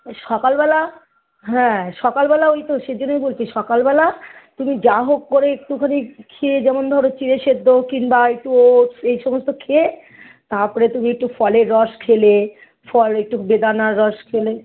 সকালবেলা হ্যাঁ সকালবেলা ওই তো সেজন্যই বলছি সকালবেলা তুমি যাহোক করে একটুখনি খেয়ে যেমন ধরো চিরে সেদ্ধ কিংবা একটু ওটস এই সমস্ত খেয়ে তাপরে তুমি একটু ফলের রস খেলে ফল একটু বেদানার রস খেলে